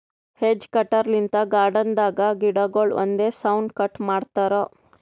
hedge cutter length garden ದಾಗ್ ಗಿಡಗೊಳ್ ಒಂದೇ ಸೌನ್ ಕಟ್ ಮಾಡ್ತಾರಾ